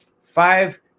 five